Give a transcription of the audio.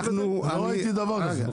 לא ראיתי דבר כזה.